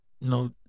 no